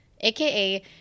AKA